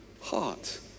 heart